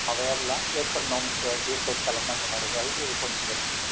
माबायाब्ला as per norms so apply खालामनांगोन आरो बेहाय जेबो कन्सिदारेसन गैया